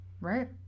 Right